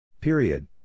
period